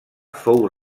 fou